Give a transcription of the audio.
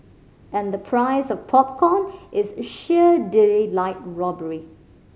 and the price of popcorn is sheer daylight robbery